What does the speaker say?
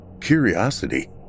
curiosity